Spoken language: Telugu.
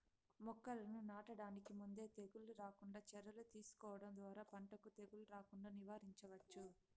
మొక్కలను నాటడానికి ముందే తెగుళ్ళు రాకుండా చర్యలు తీసుకోవడం ద్వారా పంటకు తెగులు రాకుండా నివారించవచ్చు